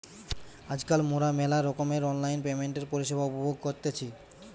আজকাল মোরা মেলা রকমের অনলাইন পেমেন্টের পরিষেবা উপভোগ করতেছি